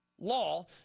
Law